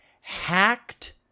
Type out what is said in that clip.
hacked